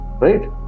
Right